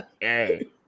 hey